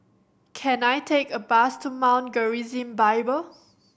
can I take a bus to Mount Gerizim Bible